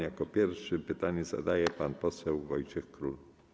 Jako pierwszy pytanie zadaje pan poseł Wojciech Król.